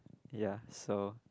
ya so